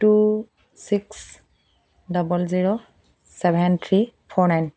two six double zero seven three four nine